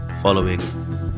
following